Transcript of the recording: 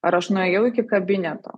ar aš nuėjau iki kabineto